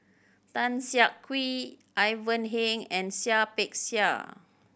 Tan Siak Kew Ivan Heng and Seah Peck Seah